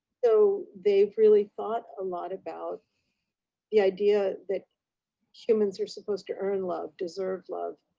so they've really thought a lot about the idea that humans are supposed to earn love, deserve love.